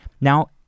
Now